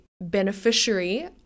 beneficiary